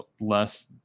less